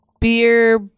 beer